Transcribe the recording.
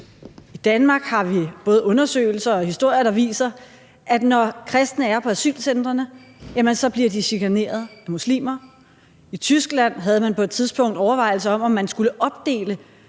I Danmark har vi både undersøgelser og historier, der viser, at når kristne er på asylcentrene, bliver de chikaneret af muslimer. I Tyskland havde man på et tidspunkt overvejelser om, om man skulle opdele